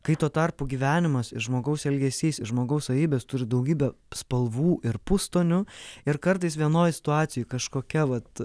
kai tuo tarpu gyvenimas ir žmogaus elgesys žmogaus savybės turi daugybę spalvų ir pustonių ir kartais vienoj situacijoj kažkokia vat